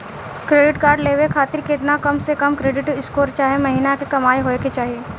Credit card लेवे खातिर केतना कम से कम क्रेडिट स्कोर चाहे महीना के कमाई होए के चाही?